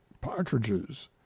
partridges